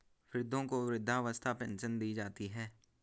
वृद्धों को वृद्धावस्था पेंशन दी जाती है